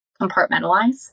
compartmentalize